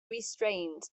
restrained